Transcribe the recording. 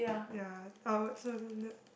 ya I would